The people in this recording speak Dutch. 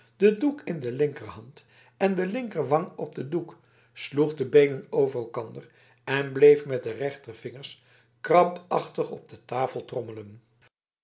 den doek in de linkerhand en de linkerwang op den doek sloeg de beenen over elkander en bleef met de rechtervingers krampachtig op de tafel